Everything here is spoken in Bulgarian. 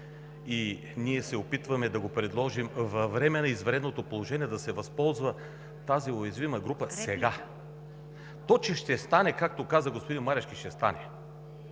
и ние се опитваме да го предложим във време на извънредното положение да се възползва тази уязвима група сега. То че ще стане, както каза господин Марешки, ще стане.